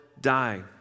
die